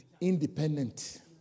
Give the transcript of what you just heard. independent